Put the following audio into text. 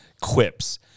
quips